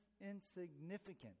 insignificant